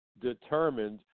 determined